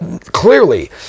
clearly